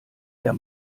der